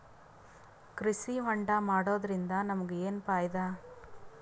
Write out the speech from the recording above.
ಕೃಷಿ ಹೋಂಡಾ ಮಾಡೋದ್ರಿಂದ ನಮಗ ಏನ್ ಫಾಯಿದಾ?